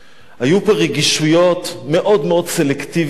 היו פה רגישויות מאוד מאוד סלקטיביות.